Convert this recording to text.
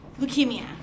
leukemia